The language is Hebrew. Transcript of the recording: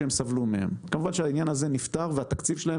כמובן שהעניין נפתר והתקציב שלהם